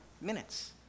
minutes